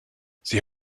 sie